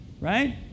Right